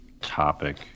topic